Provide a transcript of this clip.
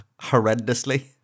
Horrendously